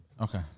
Okay